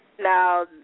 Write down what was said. Now